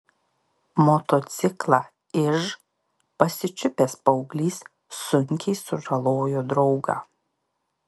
motociklą iž pasičiupęs paauglys sunkiai sužalojo draugą